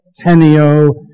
tenio